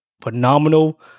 phenomenal